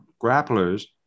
grapplers